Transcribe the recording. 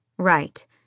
Right